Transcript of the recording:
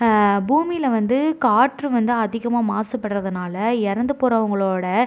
பூமியில் வந்து காற்று வந்து அதிகமாக மாசுபடுவதுனால இறந்துப் போறவங்களோடய